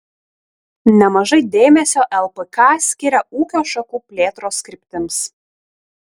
nemažai dėmesio lpk skiria ūkio šakų plėtros kryptims